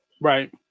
Right